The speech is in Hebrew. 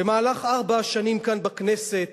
במהלך ארבע השנים כאן בכנסת